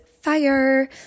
fire